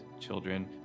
children